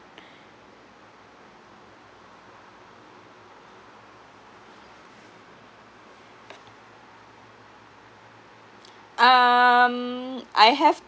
um I have